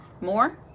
more